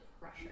pressure